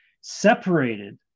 separated